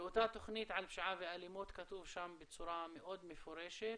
באותה תוכנית על פשיעה ואלימות כתוב בצורה מאוד מפורשת